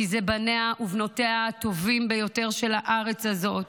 כי אלה בניה ובנותיה הטובים ביותר של הארץ הזאת,